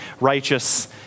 righteous